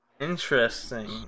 Interesting